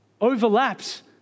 overlaps